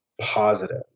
positive